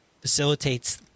facilitates